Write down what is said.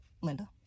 Linda